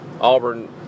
Auburn